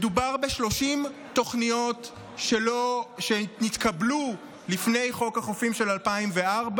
מדובר ב-30 תוכניות שנתקבלו לפני חוק החופים של 2004,